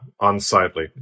unsightly